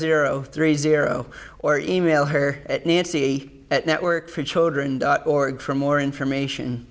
zero three zero or email her at nancy at work for children dot org for more information